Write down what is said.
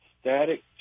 static